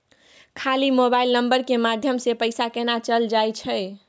खाली mobile number के माध्यम से पैसा केना चल जायछै?